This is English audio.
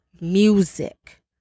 music